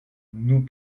nous